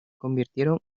convirtieron